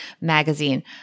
magazine